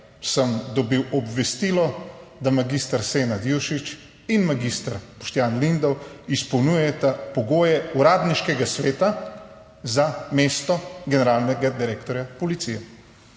sem dobil obvestilo, da mag. Senad Jušić in mag. Boštjan Lindav izpolnjujeta pogoje Uradniškega sveta za mesto generalnega direktorja policije.